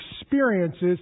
experiences